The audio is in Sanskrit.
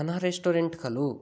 कहना रेस्टोरेण्ट् खलु